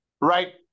Right